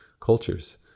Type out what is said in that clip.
cultures